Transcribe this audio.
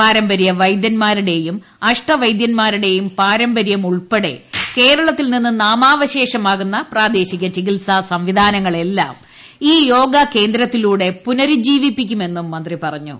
അഷ്ട വൈദ്യൻമാരുടേയും പാരമ്പര്യവൈദ്യൻമാരുടേയും പാരമ്പര്യമുൾപ്പെടെ കേരളത്തിൽ നിന്ന് നാമാവശേഷമാകുന്ന പ്രാദേശിക ചികിത്സാ സംവിധാനങ്ങളെല്ലാം ഈ യോഗ കേന്ദ്രത്തിലൂടെ പുനരുജ്ജീവിപ്പിക്കുമെന്നും മന്ത്രി പറഞ്ഞു